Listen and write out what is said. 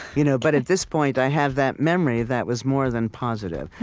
you know but at this point, i have that memory that was more than positive.